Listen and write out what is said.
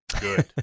good